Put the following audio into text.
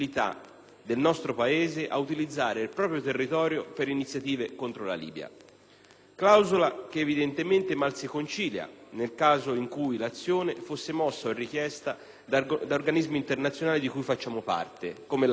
del nostro Paese ad utilizzare il proprio territorio per iniziative contro la Libia; clausola che evidentemente mal si concilia nel caso in cui l'azione fosse mossa o richiesta da organismi internazionali di cui facciamo parte, come la NATO,